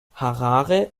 harare